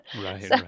right